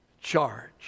charge